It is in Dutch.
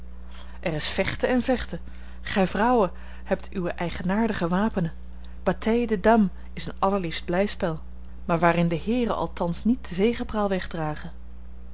er is vechten èn vechten gij vrouwen hebt uwe eigenaardige wapenen bataille de dames is een allerliefst blijspel maar waarin de heeren althans niet de